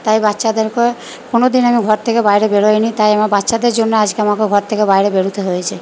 তাই বাচ্চাদেরকে কোনোদিন আমি ঘর থেকে বাইরে বেরোইনি তাই আমি বাচ্চাদের জন্য আজকে আমাকে ঘর থেকে বাইরে বেরোতে হয়েছে